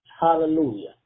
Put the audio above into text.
Hallelujah